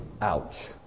ouch